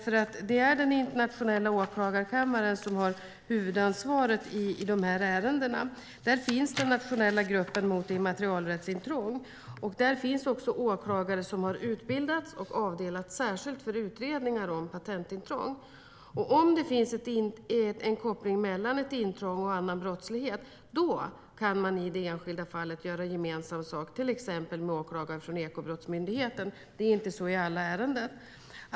Det är den som har huvudansvaret i de här ärendena. Där finns den nationella gruppen mot immaterialrättsintrång, och där finns också åklagare som har utbildats och avdelats särskilt för utredningar om patentintrång. Om det finns en koppling mellan ett intrång och annan brottslighet kan man i det enskilda fallet göra gemensam sak, till exempel med åklagare från Ekobrottsmyndigheten - så är det inte i alla ärenden.